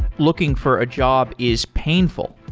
looking for a job is painful,